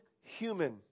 human